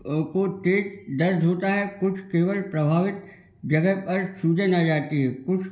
को तेज दर्द होता है कुछ केवल प्रभावित जगह पर सूजन आ जाती है